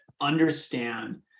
understand